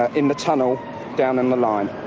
ah in the tunnel down in the line.